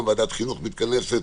ועדת החינוך מתכנסת